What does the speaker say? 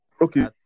Okay